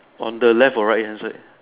on the left or right hand side